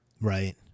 right